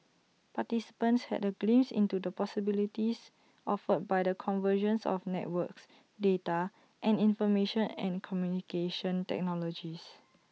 participants had A glimpse into the possibilities offered by the convergence of networks data and information and communication technologies